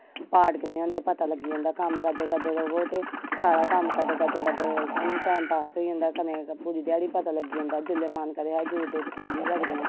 पाट किन्ने होंदे पता लग्गी जंदा कम्म करदे करदे रवो ते सारा कम्म करदे करदे सानू टाइम पास होई जंदा कन्नै पूरी घ्याड़ी पता लगी जंदा कि जिसले मन करे यूट्यूब खोली सकने आं